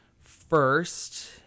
first